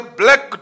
black